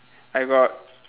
I got